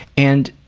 and